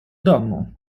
domu